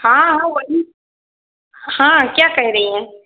हाँ हाँ वही हाँ क्या कह रही हैं